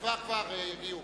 כבר יגיעו.